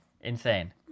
Insane